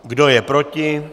Kdo je proti?